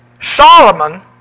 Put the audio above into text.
Solomon